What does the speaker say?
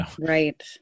Right